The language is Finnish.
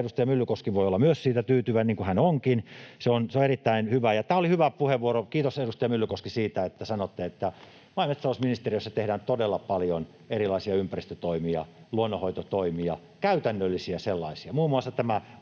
edustaja Myllykoski voi olla siitä tyytyväinen, niin kuin hän onkin. Se on erittäin hyvä. Tämä oli hyvä puheenvuoro. Kiitos, edustaja Myllykoski, siitä, että sanoitte, että maa- ja metsätalousministeriössä tehdään todella paljon erilaisia ympäristötoimia, luonnonhoitotoimia — käytännöllisiä sellaisia. Muun muassa